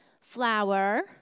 flower